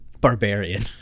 barbarian